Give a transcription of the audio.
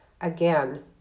Again